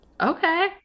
Okay